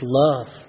love